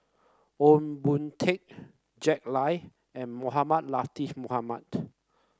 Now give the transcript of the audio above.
Ong Boon Tat Jack Lai and Mohamed Latiff Mohamed